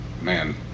man